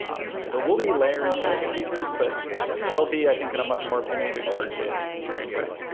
um and so we'll be layering these new features, but it'll be, i think, in a much more opinionated targeted constraint way.